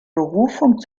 berufung